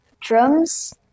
drums